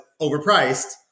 overpriced